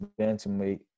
bantamweight